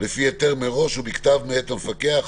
לפי היתר מראש ובכתב מאת המפקח,